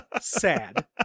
sad